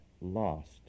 lost